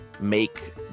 make